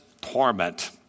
torment